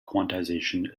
quantization